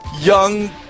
young